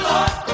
Lord